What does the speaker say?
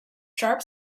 sharp